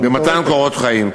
עם אותם קורות חיים.